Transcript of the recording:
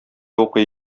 укый